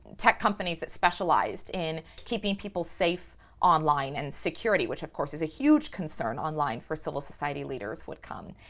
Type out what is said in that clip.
tech companies that specialized in keeping people safe online and security which, of course, is a huge concern online for civil society leaders who would come.